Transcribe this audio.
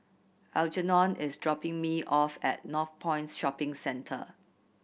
Algernon is dropping me off at Northpoint Shopping Centre